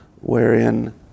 wherein